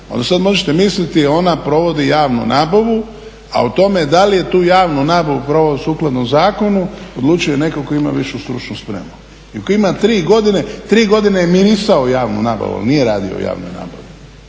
sad možete misliti ona provodi javnu nabavu a o tome da li je tu javnu nabavu proveo sukladno zakonu odlučuje netko tko ima višu stručnu spremu i tko ima tri godine, tri godine je mirisao javnu nabavu ali nije radio u javnoj nabavi.